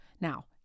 Now